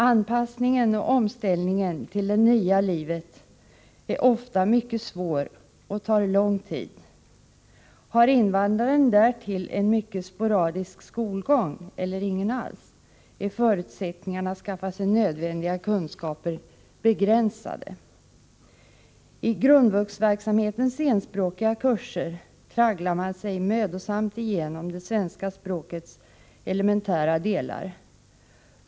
Anpassningen och omställningen till det nya livet är ofta mycket svår och tar lång tid. Har invandraren därtill en mycket sporadisk skolgång eller ingen alls, är förutsättningarna för att skaffa sig nödvändiga kunskaper begränsade. I grundvuxverksamhetens enspråkiga kurser tragglar man sig mödosamt igenom svenska språkets elementära delar.